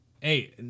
Hey